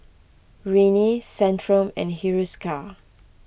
Rene Centrum and Hiruscar